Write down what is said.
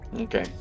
Okay